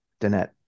Danette